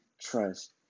trust